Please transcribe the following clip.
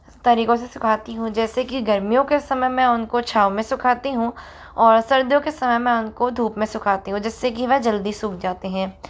तरीकों से सुखाती हूँ जैसे कि गर्मियों के समय में उनको छांव में सुखाती हूँ और सर्दियों के समय में उनको धूप में सुखाती हूँ जिससे कि वह जल्दी सूख जाते हैं